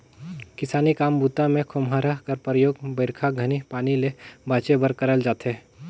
किसानी काम बूता मे खोम्हरा कर परियोग बरिखा घनी पानी ले बाचे बर करल जाथे